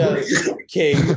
okay